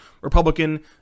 Republican